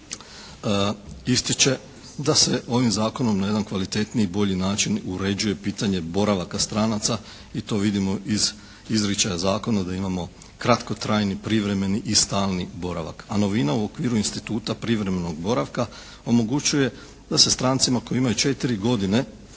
ističe da se ovim zakonom na jedan kvalitetniji i bolji način uređuje pitanje boravaka stranaca i to vidimo iz izričaja zakona da imamo kratkotrajni, privremeni i stalni boravak. A novina u okviru instituta privremenog boravka omogućuje da se strancima koji imaju četiri godine